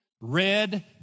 Red